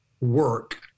work